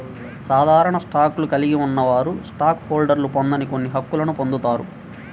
సాధారణ స్టాక్ను కలిగి ఉన్నవారు స్టాక్ హోల్డర్లు పొందని కొన్ని హక్కులను పొందుతారు